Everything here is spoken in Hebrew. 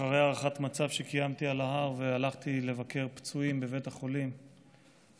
אחרי הערכת מצב שקיימתי על ההר הלכתי לבקר פצועים בבית החולים בצפת.